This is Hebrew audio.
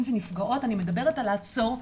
ונפגעות אני מדברת על לעצור ולראות,